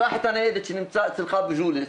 קח את הניידת שנמצאת אצלך בג'וליס,